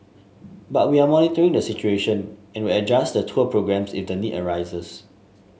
but we are monitoring the situation and will adjust the tour programmes if the need arises